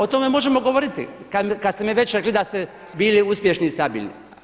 O tome možemo govoriti kad ste vi već rekli da ste bili uspješni i stabilni.